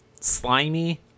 slimy